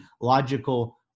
logical